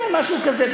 כן, משהו כזה.